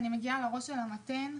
הגעתי לראש של המטען,